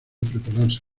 prepararse